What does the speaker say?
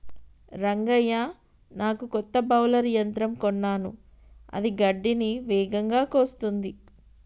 రంగయ్య నాకు కొత్త బౌలర్ల యంత్రం కొన్నాను అది గడ్డిని వేగంగా కోస్తుంది